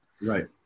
right